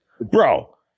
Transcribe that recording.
Bro